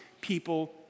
people